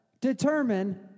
determine